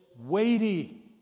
weighty